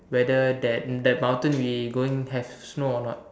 whether that that mountain we going have snow a not